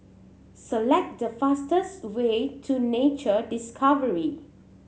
select the fastest way to Nature Discovery